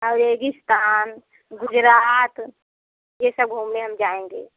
रेगिस्तान गुजरात ये सब घूमने हम जाएँगे